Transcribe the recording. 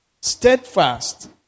Steadfast